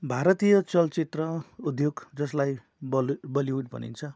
भारतीय चलचित्र उद्योग जसलाई बलि बलिउड भनिन्छ